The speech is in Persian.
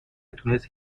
تونست